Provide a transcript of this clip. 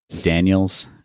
Daniel's